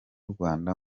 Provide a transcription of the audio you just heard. rwanda